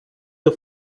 the